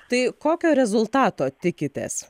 tai kokio rezultato tikitės